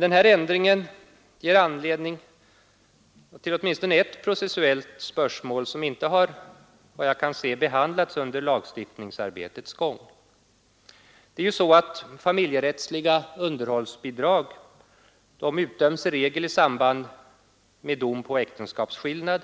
Den här ändringen ger emellertid anledning till åtminstone ett processuellt spörsmål, som enligt vad jag kan se inte har behandlats under lagstiftningsarbetets gång. Det är ju så, att familjerättsliga underhållsbidrag för barn i regel utdöms i samband med dom på äktenskapsskillnad